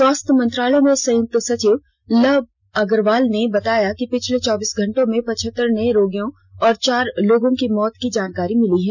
स्वास्थ्य मंत्रालय में संयुक्त सचिव लव अग्रवाल ने बताया कि पिछले चौबीस घंटों में पचहतर नये रोगियों और चार लोगों की मौत की जानकारी मिली है